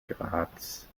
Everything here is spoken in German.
graz